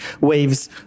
waves